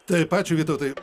taip ačiū vytautai